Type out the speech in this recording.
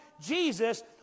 Jesus